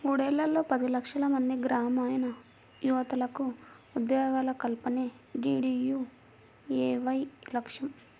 మూడేళ్లలో పది లక్షలమంది గ్రామీణయువతకు ఉద్యోగాల కల్పనే డీడీయూఏవై లక్ష్యం